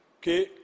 okay